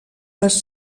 les